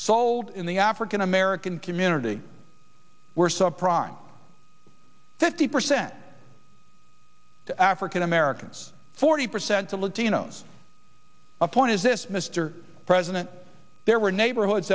sold in the african american community were sub prime fifty percent to african americans forty percent of latinos a point is this mr president there were neighborhoods